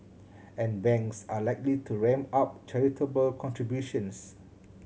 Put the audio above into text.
and banks are likely to ramp up charitable contributions